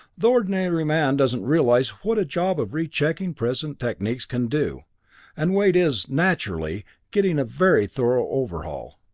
the ordinary man doesn't realize what a job of rechecking present techniques can do and wade is, naturally, getting a very thorough overhaul.